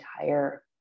entire